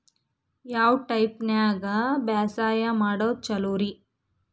ಯಾವ ಟೈಪ್ ನ್ಯಾಗ ಬ್ಯಾಸಾಯಾ ಮಾಡೊದ್ ಛಲೋರಿ?